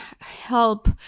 help